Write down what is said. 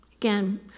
Again